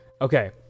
Okay